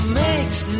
makes